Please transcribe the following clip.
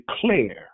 declare